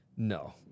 No